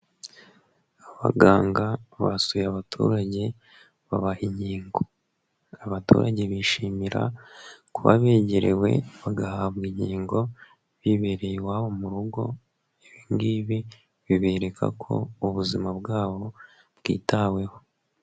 Abaganga basuye abaturage, babaha inkingo. Abaturage bishimira kuba begerewe bagahabwa inkingo bibereye iwabo mu rugo, ibingibi bibereka ko ubuzima bwabo bwitaweho.